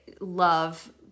love